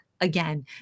again